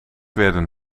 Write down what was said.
werden